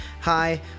hi